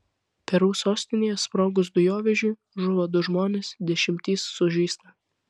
peru sostinėje sprogus dujovežiui žuvo du žmonės dešimtys sužeista